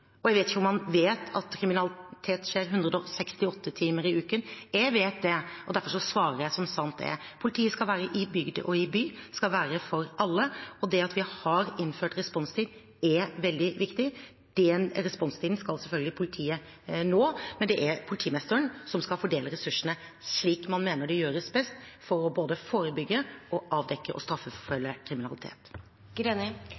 og jeg vet ikke om han vet at kriminalitet skjer 168 timer i uken. Jeg vet det, og derfor svarer jeg som sant er. Politiet skal være i bygd og i by, skal være for alle, og det at vi har innført responstid, er veldig viktig. Den responstiden skal selvfølgelig politiet nå, men det er politimesteren som skal fordele ressursene slik man mener det gjøres best, for både å forebygge, avdekke og